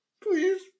please